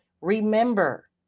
Remember